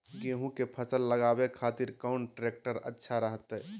गेहूं के फसल लगावे खातिर कौन ट्रेक्टर अच्छा रहतय?